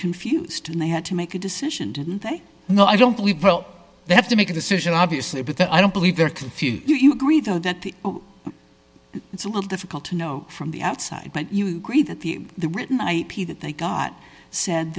confused and they had to make a decision didn't they know i don't believe well they have to make a decision obviously but that i don't believe they're confused you agree though that the it's a little difficult to know from the outside but you agree that the the written ip that they got said